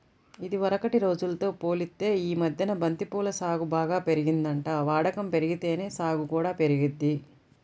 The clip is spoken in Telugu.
ఇదివరకటి రోజుల్తో పోలిత్తే యీ మద్దెన బంతి పూల సాగు బాగా పెరిగిందంట, వాడకం బెరిగితేనే సాగు కూడా పెరిగిద్ది